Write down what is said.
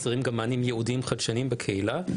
חסרים גם מענים ייעודיים חדשניים בקהילה,